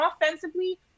offensively